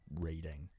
reading